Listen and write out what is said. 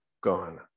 gone